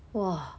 !wah!